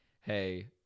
hey